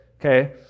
okay